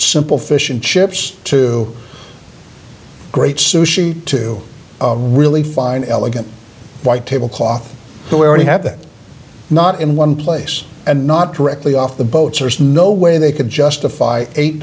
simple fish and chips to great sushi to really fine elegant white tablecloth who already have it not in one place and not directly off the boats there is no way they could justify eight